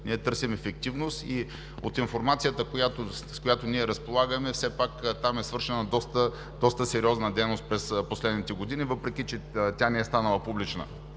ние търсим ефективност. От информацията, с която разполагаме, все пак там е свършена доста сериозна дейност през последните години, въпреки че тя не е станала публична.